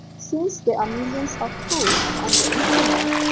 since there are millions of hosts on the internet,